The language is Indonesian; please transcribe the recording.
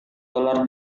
dolar